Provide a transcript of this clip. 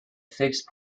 fixed